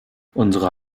unsere